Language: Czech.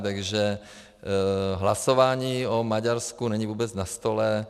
Takže hlasování o Maďarsku není vůbec na stole.